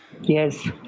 yes